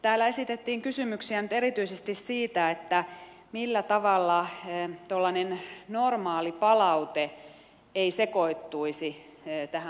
täällä esitettiin nyt kysymyksiä erityisesti siitä millä tavalla tuollainen normaali palaute ei sekoittuisi tähän muistutusmenettelyyn